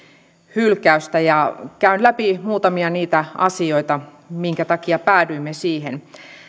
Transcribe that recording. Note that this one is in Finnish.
hylkäystä käyn läpi muutamia niitä asioita minkä takia päädyimme siihen